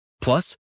Plus